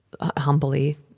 humbly